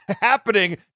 happening